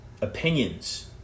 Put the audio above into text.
opinions